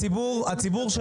אני רוצה